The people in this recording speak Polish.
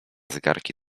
zegarki